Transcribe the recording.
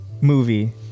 movie